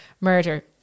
murder